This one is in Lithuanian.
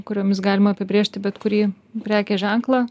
kuriomis galima apibrėžti bet kurį prekės ženklą